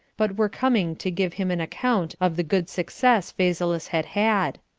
but were coming to give him an account of the good success phasaelus had had.